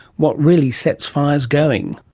what really sets fires going.